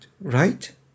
right